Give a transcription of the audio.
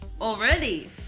Already